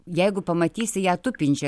jeigu pamatysi ją tupinčią